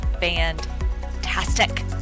fantastic